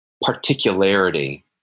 particularity